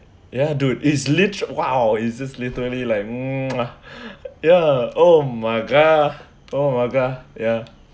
ya dude is lit !wow! it's just literally like mm !wah! ya oh my god oh my god ya